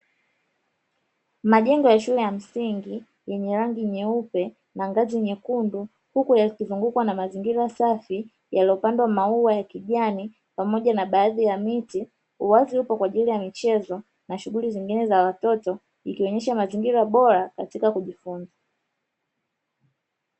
Majengo ya shule ya msingi yenye rangi nyeupe na ngazi nyekundu, huku yakizungukwa na mazingira safi yaliyopandwa maua ya kijani pamoja na baadhi ya miti. Uwazi upo kwaajili ya michezo na shughuli nyingine za watoto ikionyesha mazingira bora katika kujifunza.